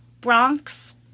Bronx